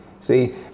see